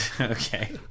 Okay